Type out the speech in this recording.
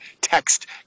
text